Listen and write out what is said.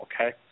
okay